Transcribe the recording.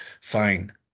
fine